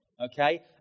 okay